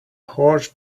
horse